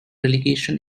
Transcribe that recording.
relegation